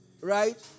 right